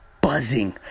buzzing